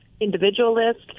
individualist